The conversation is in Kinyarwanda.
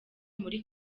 muri